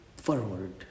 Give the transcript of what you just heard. forward